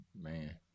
man